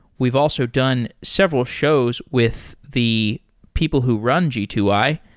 we've also done several shows with the people who run g two i,